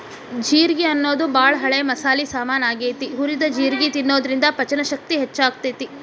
ಜೇರ್ಗಿ ಅನ್ನೋದು ಬಾಳ ಹಳೆ ಮಸಾಲಿ ಸಾಮಾನ್ ಆಗೇತಿ, ಹುರಿದ ಜೇರ್ಗಿ ತಿನ್ನೋದ್ರಿಂದ ಪಚನಶಕ್ತಿ ಹೆಚ್ಚಾಗ್ತೇತಿ